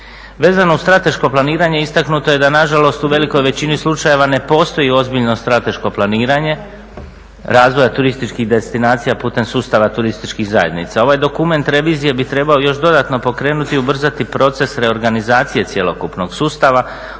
Vezano uz strateško planiranje istaknuto je da nažalost u velikoj većini slučajeva ne postoji ozbiljno strateško planiranje razvoja turističkih destinacija putem sustava turističkih zajednica. Ovaj dokument revizije bi trebao još dodatno pokrenuti i ubrzati proces reorganizacije cjelokupnog sustava